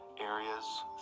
areas